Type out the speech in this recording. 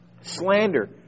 Slander